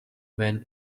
man